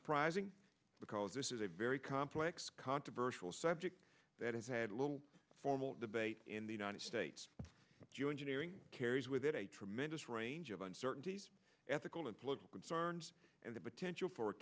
surprising because this is a very complex controversial subject that has had little formal debate in the united states geoengineering carries with it a tremendous range of uncertainty ethical and political concerns and the potential for